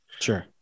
Sure